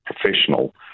professional